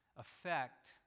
affect